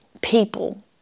people